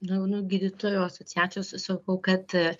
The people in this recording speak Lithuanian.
nuo jaunų gydytojų asociacijos sakau kad